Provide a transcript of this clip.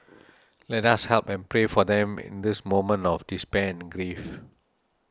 let us help and pray for them in this moment of despair and grief